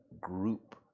group